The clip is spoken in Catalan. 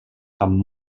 amb